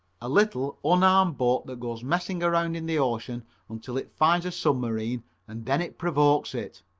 a little, unarmed boat that goes messing around in the ocean until it finds a submarine and then it provokes it.